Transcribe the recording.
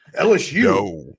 LSU